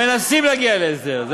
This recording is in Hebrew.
מנסים להגיע להסדר.